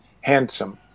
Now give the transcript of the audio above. handsome